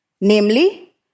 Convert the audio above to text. namely